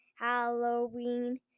Halloween